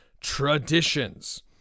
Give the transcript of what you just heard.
Traditions